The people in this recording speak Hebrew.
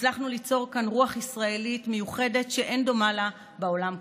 והצלחנו ליצור כאן רוח ישראלית מיוחדת שאין דומה לה בעולם כולו.